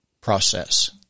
process